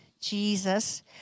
Jesus